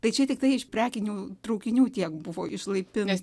tai čia tiktai iš prekinių traukinių tiek buvo išlaipinta